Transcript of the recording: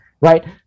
right